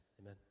amen